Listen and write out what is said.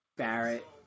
Barrett